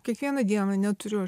kiekvieną dieną neturiu